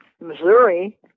Missouri